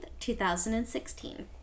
2016